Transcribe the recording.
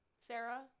Sarah